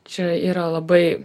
čia yra labai